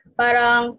parang